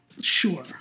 sure